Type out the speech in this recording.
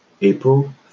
April